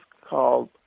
called